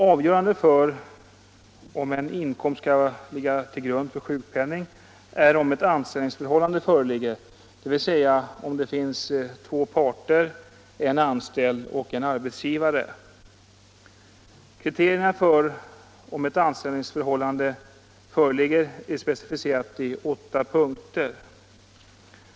Avgörande för om en inkomst skall ligga till grund för sjukpenning är om ett anställningsförhållande föreligger, dvs. om det finns två parter, en anställd och en arbetsgivare. Kriterierna för om anställningsförhållande föreligger är specificerade i åtta punkter.